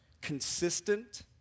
consistent